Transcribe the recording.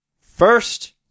First